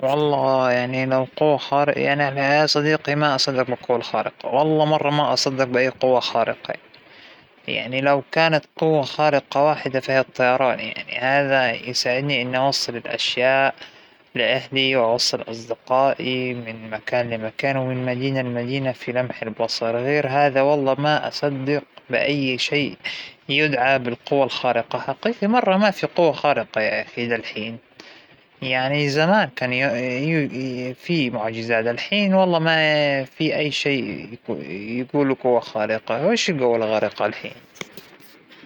أعتقد أنه كلياتا عنا قوة خارقة، بس بمفهوم مختلف عن القصص الخرافية وقصص الأبطال الخارقين، كل واحد فينا عنده القوة الخاصة فيه، اللى يقدر بيها يساعد الناس، مو شرط أنه يكون بيطير، مو شرط أنه يكون عنده قدرة على الأختفاء، لكن كلياتنا عنا قدرات.